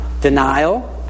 denial